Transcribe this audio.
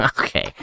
Okay